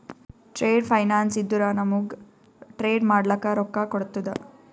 trade finance ಇದ್ದುರ ನಮೂಗ್ trade ಮಾಡ್ಲಕ ರೊಕ್ಕಾ ಕೋಡ್ತುದ